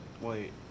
Wait